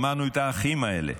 שמענו את האחים האלה.